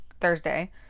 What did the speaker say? thursday